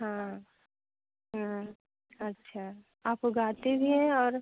हाँ अच्छा आप उगाते भी हैं और